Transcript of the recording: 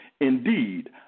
Indeed